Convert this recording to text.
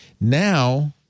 Now